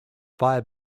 five